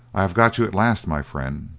i have got you at last, my friend,